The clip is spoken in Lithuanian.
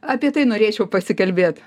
apie tai norėčiau pasikalbėt